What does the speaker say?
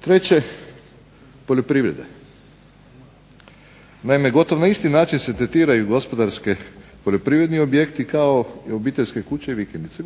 Treće, poljoprivreda. Naime, gotovo na isti način se tretiraju gospodarski poljoprivredni objekti kao i obiteljske kuće i vikendice.